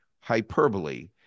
hyperbole